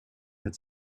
had